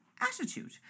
attitude